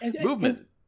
movement